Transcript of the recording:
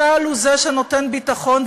צה"ל הוא זה שנותן ביטחון,